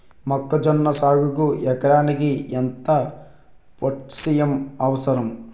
మొక్కజొన్న సాగుకు ఎకరానికి ఎంత పోటాస్సియం అవసరం?